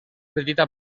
petita